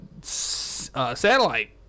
satellite